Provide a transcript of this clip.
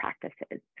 practices